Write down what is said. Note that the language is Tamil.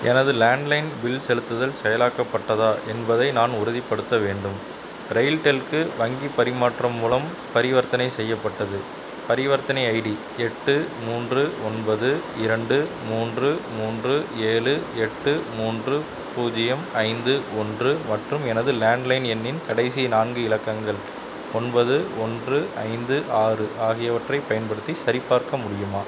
எனது லேண்ட்லைன் பில் செலுத்துதல் செயலாக்கப்பட்டதா என்பதை நான் உறுதிப்படுத்த வேண்டும் ரயில் டெல்க்கு வங்கி பரிமாற்றம் மூலம் பரிவர்த்தனை செய்யப்பட்டது பரிவர்த்தனை ஐடி எட்டு மூன்று ஒன்பது இரண்டு மூன்று மூன்று ஏழு எட்டு மூன்று பூஜ்ஜியம் ஐந்து ஒன்று மற்றும் எனது லேண்ட்லைன் எண்ணின் கடைசி நான்கு இலக்கங்கள் ஒன்பது ஒன்று ஐந்து ஆறு ஆகியவற்றை பயன்படுத்தி சரிபார்க்க முடியுமா